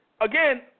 again